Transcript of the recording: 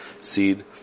seed